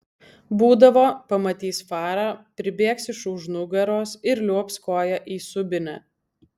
būdavo pamatys farą pribėgs iš už nugaros ir liuobs koja į subinę